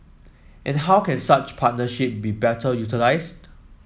and how can such partnership be better utilised